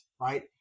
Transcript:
Right